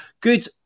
good